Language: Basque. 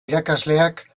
irakasleak